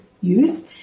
youth